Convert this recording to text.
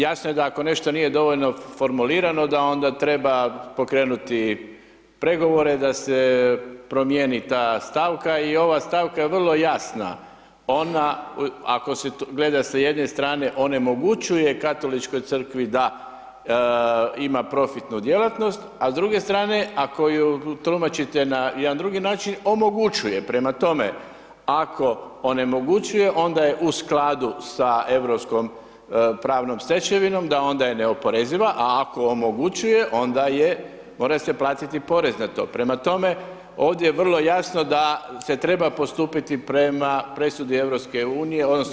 Jasno je da ako nešto nije dovoljno formulirano da onda treba pokrenuti pregovore da se promijeni ta stavka i ova stavka je vrlo jasna, ona ako se gleda sa jedne strane onemogućuje Katoličkoj crkvi da ima profitnu djelatnost, a s druge strane ako ju tumačite na jedan drugi način omogućuje, prema tome ako onemogućuje onda je u skladu sa europskom pravnom stečevinom da onda je neoporeziva, a ako omogućuje onda je mora se platiti porez na to, prema tome ovdje je vrlo jasno da se treba postupiti prema presudu EU, odnosno